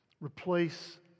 Replace